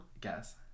Guess